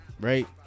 Right